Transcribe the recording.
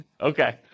Okay